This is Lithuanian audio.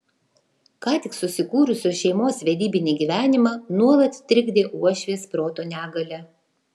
ką tik susikūrusios šeimos vedybinį gyvenimą nuolat trikdė uošvės proto negalia